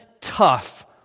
tough